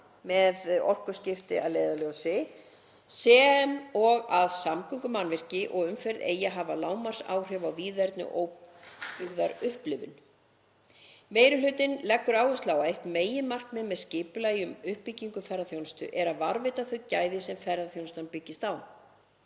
með orkuskipti að leiðarljósi, sem og að samgöngumannvirki og umferð eigi að hafa lágmarksáhrif á víðerni og óbyggðaupplifun. Meiri hlutinn leggur áherslu á að eitt meginmarkmið með skipulagi um uppbyggingu ferðaþjónustu er að varðveita þau gæði sem ferðaþjónustan byggist á.